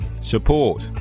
Support